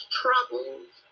troubles